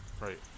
Right